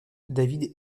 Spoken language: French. david